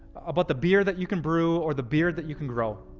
about the beer that you can brew or the beard that you can grow.